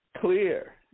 clear